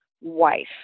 wife